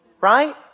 right